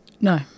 No